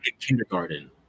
kindergarten